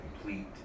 complete